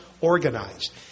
organized